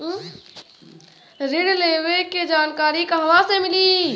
ऋण लेवे के जानकारी कहवा से मिली?